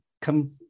come